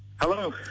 Hello